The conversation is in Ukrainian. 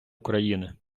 україни